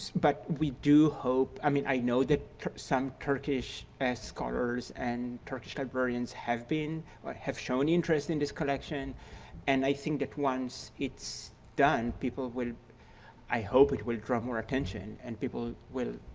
but we do hope, i mean i know that some turkish scholars and turkish librarians have been or have shown interest in this collection and i think that once it's done people will i hope it will draw more attention and people will